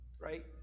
right